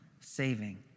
saving